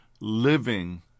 living